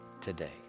today